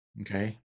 okay